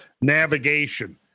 navigation